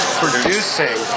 producing